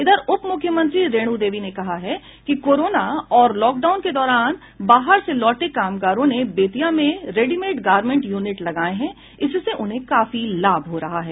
इधर उपमुख्यमंत्री रेणु देवी ने कहा है कि कोरोना और लॉकडाउन के दौरान बाहर से लौटे कामगारों ने बेतिया में रेडिमेट गारमेंट यूनिट लगाये हैं इससे उन्हें काफी लाभ हो रहा है